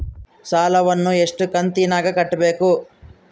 ಸಾಲವನ್ನ ಎಷ್ಟು ಕಂತಿನಾಗ ಕಟ್ಟಬೇಕು?